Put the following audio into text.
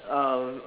uh